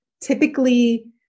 typically